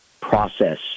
process